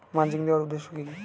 Mulching দেওয়ার উদ্দেশ্য কি?